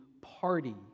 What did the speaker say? party